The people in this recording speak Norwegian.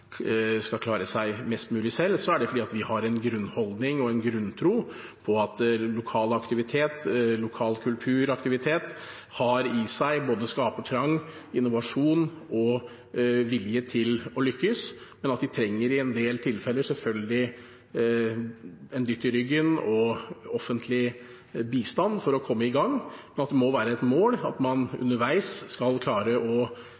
skal klare seg mest mulig selv, er det fordi vi har som grunnholdning og grunntro at lokal aktivitet, lokal kulturaktivitet, har i seg både skapertrang, innovasjon og vilje til å lykkes, men at de i en del tilfeller selvfølgelig trenger en dytt i ryggen og offentlig bistand for å komme i gang. Det må imidlertid være et mål at man underveis skal klare, om ikke å